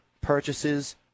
purchases